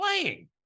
playing